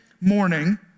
morning